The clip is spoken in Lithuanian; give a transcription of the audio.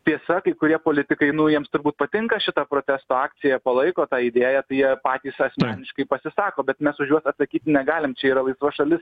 tiesa kai kurie politikai nu jiems turbūt patinka šita protesto akcija palaiko tą idėją tai jie patys asmeniškai pasisako bet mes už juos atsakyti negalim čia yra laisva šalis